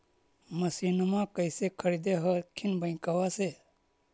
मसिनमा कैसे खरीदे हखिन बैंकबा से?